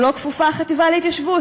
שלו כפופה החטיבה להתיישבות,